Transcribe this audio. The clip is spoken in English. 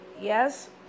Yes